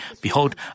Behold